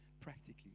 practically